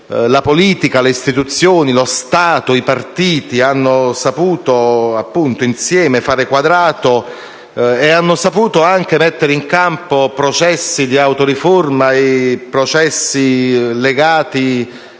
la politica e le istituzioni, lo Stato, i partiti, hanno saputo insieme fare quadrato e mettere in campo processi di autoriforma e processi legati